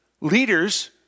leaders